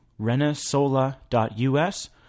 renasola.us